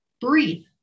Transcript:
Breathe